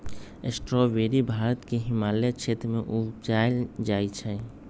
strawberry Bharat के हिमालय क्षेत्र में उपजायल जाइ छइ